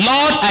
Lord